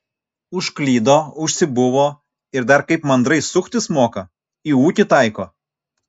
užklydo užsibuvo ir dar kaip mandrai suktis moka į ūkį taiko